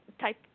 type